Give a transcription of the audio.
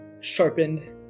sharpened